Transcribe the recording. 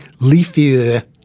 leafier